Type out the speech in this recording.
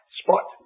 spot